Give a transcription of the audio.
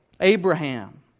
Abraham